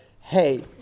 hey